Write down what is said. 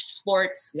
sports